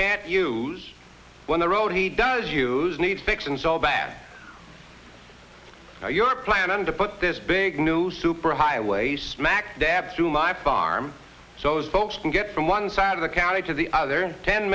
can't use when the road he does use needs fixing so bad now you're planning to put this big new superhighway smack dab through my farm so those folks can get from one side of the county to the other ten